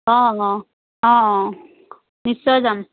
অঁ অঁ অঁ অঁ নিশ্চয় যাম